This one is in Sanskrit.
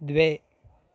द्वे